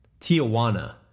tijuana